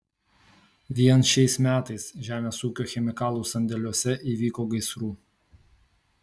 vien šiais metais žemės ūkio chemikalų sandėliuose įvyko gaisrų